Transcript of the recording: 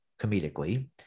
comedically